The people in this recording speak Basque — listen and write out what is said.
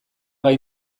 gai